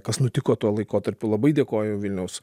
kas nutiko tuo laikotarpiu labai dėkoju vilniaus